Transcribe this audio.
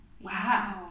Wow